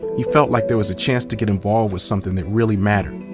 he felt like there was a chance to get involved with something that really mattered.